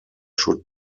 should